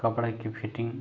कपड़े की फिटिंग